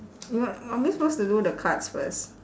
what are we supposed to do the cards first